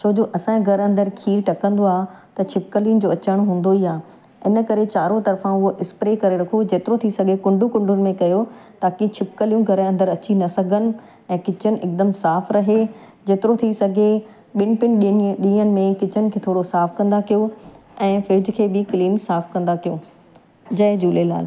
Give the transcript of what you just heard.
छोजो असांजे घर जे अंदरु खीरु टहिकंदो आहे त छिपकलिनि जो अचणु हूंदो ई आहे इन करे चारो तरफ़ां उहा स्प्रे करे रखो जेतिरो थी सघे कुंडू कुंडुनि में कयो ताकी छिपकलियूं घर जे अंदरु अची न सघनि ऐं किचन हिकदमि साफ़ु रहे जेतिरो थी सघे ॿिनि टिनि ॾिन डींहंनि में किचन खे थोरो साफ़ु कंदा कयो ऐं फिर्ज खे बि क्लीन साफ़ु कंदा कयो जय झूलेलाल